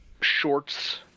shorts